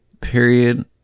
period